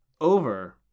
over